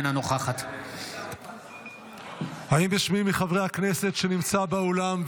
אינה נוכחת האם יש מי מחברי כנסת שנמצא באולם,